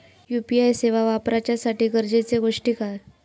UPI सेवा वापराच्यासाठी गरजेचे गोष्टी काय?